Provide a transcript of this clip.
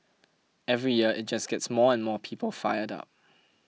every year it just gets more and more people fired up